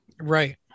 Right